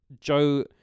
Joe